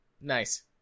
Nice